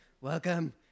Welcome